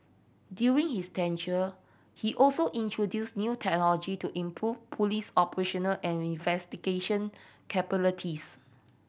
during his tenure he also introduced new technology to improve police operational and investigation capabilities